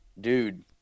dude